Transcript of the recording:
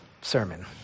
sermon